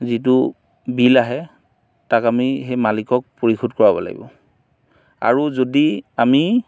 যিটো বিল আহে তাক আমি সেই মালিকক পৰিশোধ কৰাব লাগিব আৰু যদি আমি